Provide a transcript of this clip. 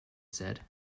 said